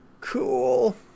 Cool